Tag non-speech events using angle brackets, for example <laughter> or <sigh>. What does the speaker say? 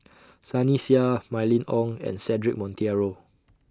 <noise> Sunny Sia Mylene Ong and Cedric Monteiro